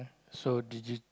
so did it